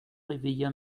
réveilla